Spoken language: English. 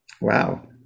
Wow